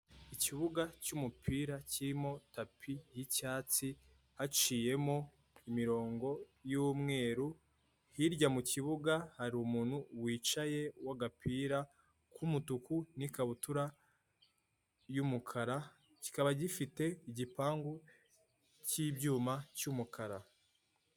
Ikibuga cy'umupira kirimo tapi y'icyatsi, haciyemo imirongo y'umweru, hirya mu kibuga hari umuntu wicaye w'agapira k'umutuku n'ikabutura y'umukara, kikaba gifite igipangu cy'ibyuma cy'umukara.